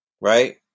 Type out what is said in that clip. right